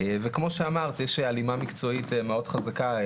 כמו שאמרת, יש הלימה מקצועית מאוד חזקה.